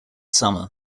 summer